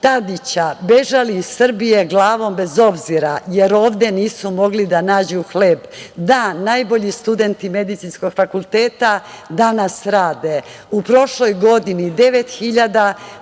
Tadića, bežali iz Srbije glavom bez obzira, jer ovde nisu mogli da nađu hleb, a danas najbolji studenti medicinskog fakulteta danas rade. U prošloj godini 9.000